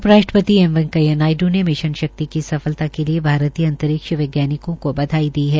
उप राष्ट्रपति एम वैकेया नायड् ने मिशन शक्ति की सफलता के लिये भारतीय अंतरिक्ष वैज्ञानिकों को बधाई दी है